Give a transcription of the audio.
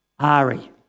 Ari